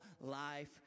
life